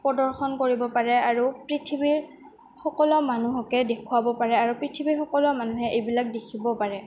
প্ৰদৰ্শন কৰিব পাৰে আৰু পৃথিৱীৰ সকলো মানুহকে দেখুৱাব পাৰে আৰু পৃথিৱীৰ সকলো মানুহে এইবিলাক দেখিব পাৰে